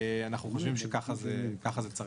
אנחנו חושבים שככה זה צריך להיות.